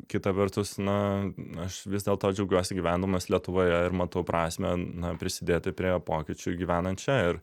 kita vertus na aš vis dėlto džiaugiuosi gyvendamas lietuvoje ir matau prasmę na prisidėti prie pokyčių gyvenant čia ir